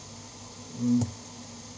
mm